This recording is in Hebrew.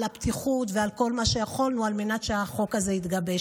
על הפתיחות ועל כל מה שיכולנו על מנת שהחוק הזה יתגבש.